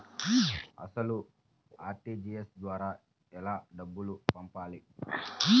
అసలు అర్.టీ.జీ.ఎస్ ద్వారా ఎలా డబ్బులు పంపాలి?